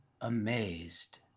amazed